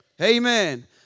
Amen